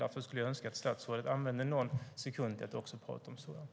Därför skulle jag önska att statsrådet också använde någon sekund till att prata om sådant.